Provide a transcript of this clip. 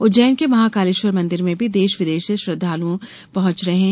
उज्जैन के महाकालेश्वर मंदिर में भी देश विदेश से श्रद्धालुओं के पहुंच रहे हैं